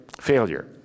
failure